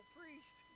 priest